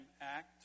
act